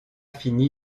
fini